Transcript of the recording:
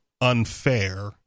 unfair